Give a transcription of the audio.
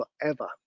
forever